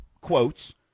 quotes